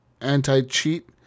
anti-cheat